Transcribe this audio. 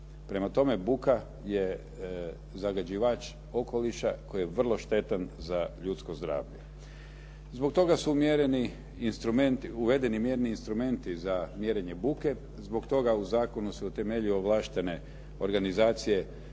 Prema tome, buka je zagađivač okoliša koji je vrlo štetan za ljudsko zdravlje. Zbog toga su mjereni instrumenti, uvedeni mjerni instrumenti za mjerenje buke. Zbog toga u zakonu se utemelji ovlaštene organizacije